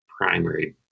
primary